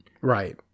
Right